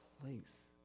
place